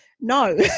no